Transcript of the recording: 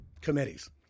committees